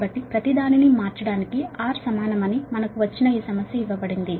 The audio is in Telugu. కాబట్టి అందుకే ఈ సమస్య ద్వారా R ని ప్రతిదాని కి సమానంగా మార్చవచ్చని ఈ సమస్య ఇవ్వబడింది